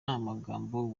amagambo